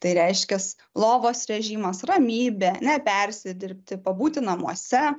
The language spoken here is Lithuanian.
tai reiškias lovos režimas ramybė nepersidirbti pabūti namuose